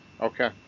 Okay